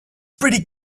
pretty